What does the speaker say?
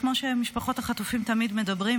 כמו שמשפחות החטופים תמיד מדברות,